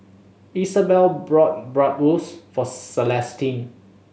Isabel bought Bratwurst for Celestine